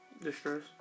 distress